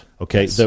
Okay